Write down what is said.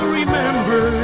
remember